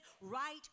right